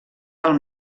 del